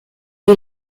die